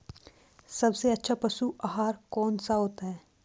सबसे अच्छा पशु आहार कौन सा होता है?